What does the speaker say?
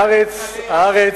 ביציעים, הצעת אי-אמון.